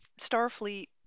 Starfleet